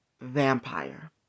vampire